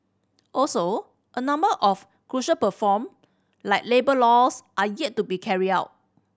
also a number of crucial reform like labour laws are yet to be carried out